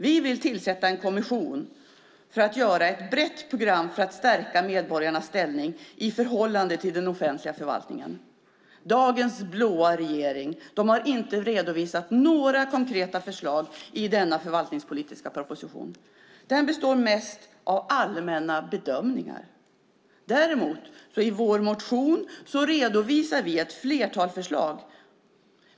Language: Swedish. Vi vill också tillsätta en kommission för att göra ett brett program för att stärka medborgarnas ställning i förhållande till den offentliga förvaltningen. Dagens blå regering har inte redovisat några konkreta förslag i denna förvaltningspolitiska proposition. Den består mest av allmänna bedömningar. Däremot redovisar vi i vår motion ett flertal förslag.